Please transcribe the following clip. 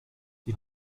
die